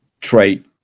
trait